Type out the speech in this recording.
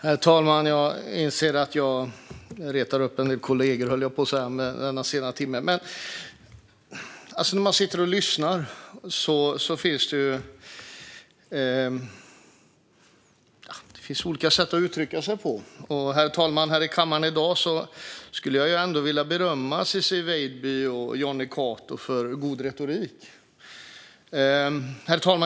Herr talman! Jag inser att jag retar upp en del kollegor denna sena timme. Det finns olika sätt att uttrycka sig på. Här i kammaren i dag vill jag ändå berömma Ciczie Weidby och Jonny Cato för god retorik.